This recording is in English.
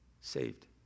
saved